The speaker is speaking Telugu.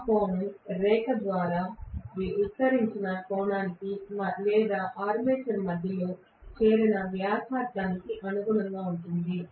ఆ కోణం రేఖ ద్వారా విస్తరించిన కోణానికి లేదా ఆర్మేచర్ మధ్యలో చేరిన వ్యాసార్థానికి అనుగుణంగా ఉంటుంది